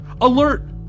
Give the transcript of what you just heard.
Alert